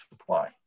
supply